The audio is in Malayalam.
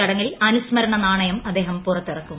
ചടങ്ങിൽ അനുസ്മരണ നാണയം അദ്ദേഹം പുറത്തിറക്കും